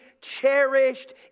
cherished